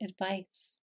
advice